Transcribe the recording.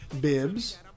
bibs